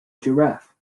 giraffe